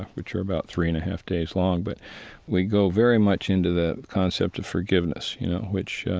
which are about three and a half days long. but we go very much into the concept of forgiveness, you know, which,